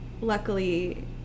luckily